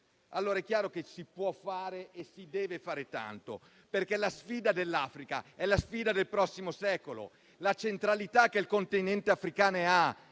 mondo. È chiaro che si può fare e si deve fare tanto, perché la sfida dell'Africa è la sfida del prossimo secolo. La centralità che il Continente africano ha